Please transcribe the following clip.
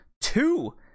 two